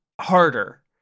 harder